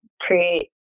create